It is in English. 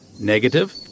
Negative